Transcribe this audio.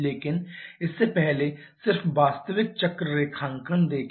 लेकिन इससे पहले सिर्फ वास्तविक चक्र रेखांकन देखें